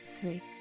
three